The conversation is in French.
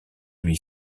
lui